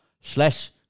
slash